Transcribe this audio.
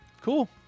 cool